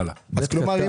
זאת אומרת,